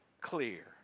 clear